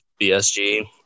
BSG